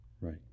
Right